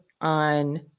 on